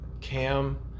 Cam